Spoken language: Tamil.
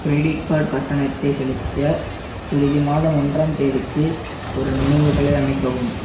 கிரெடிட் கார்டு கட்டணத்தைச் செலுத்த பிரதி மாதம் ஒன்றாம் தேதிக்கு ஒரு நினைவூட்டலை அமைக்கவும்